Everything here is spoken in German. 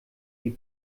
die